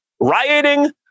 rioting